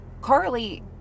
Carly